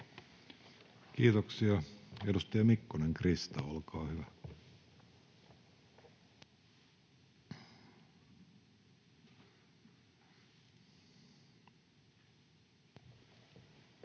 Kiitoksia. — Edustaja Mikkonen, Krista, olkaa hyvä. Arvoisa